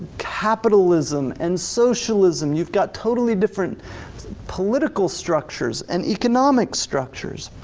capitalism, and socialism, you've got totally different political structures and economic structures.